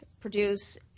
produce